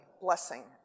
blessing